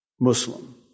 Muslim